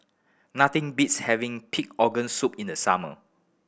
nothing beats having pig organ soup in the summer